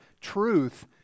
Truth